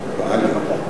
אדוני היושב-ראש,